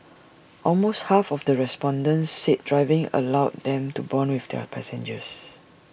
but my parents who run A small shop cannot afford to send me abroad